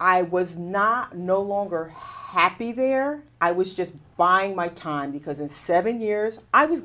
i was not no longer happy there i was just buying my time because in seven years i was